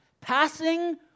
passing